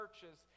churches